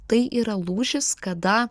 tai yra lūžis kada